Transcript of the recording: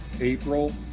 April